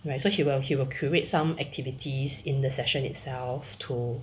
right so he will he will curate some activities in the session itself too